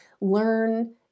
learn